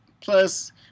Plus